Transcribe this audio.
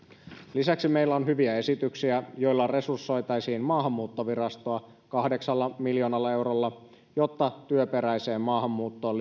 lisäksi meillä on hyviä esityksiä joilla resursoitaisiin maahanmuuttovirastoa kahdeksalla miljoonalla eurolla jotta työperäiseen maahanmuuttoon